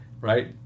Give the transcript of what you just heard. right